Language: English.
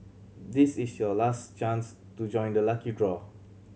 this is your last chance to join the lucky draw